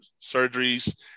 surgeries